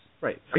Right